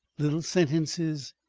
little sentences,